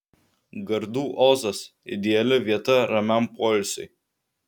gardų ozas ideali vieta ramiam poilsiui